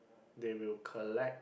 they will collect